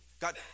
God